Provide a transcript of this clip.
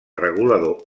regulador